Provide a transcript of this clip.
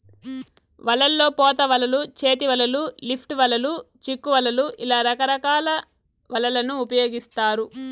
వలల్లో పోత వలలు, చేతి వలలు, లిఫ్ట్ వలలు, చిక్కు వలలు ఇలా రకరకాల వలలను ఉపయోగిత్తారు